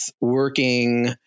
working